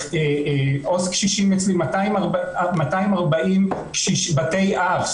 עו"ס קשישים אצלי 240 בתי אב.